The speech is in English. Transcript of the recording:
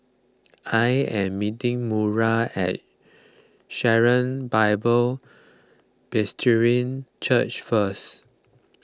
I am meeting Maura at Sharon Bible Presbyterian Church first